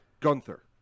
Gunther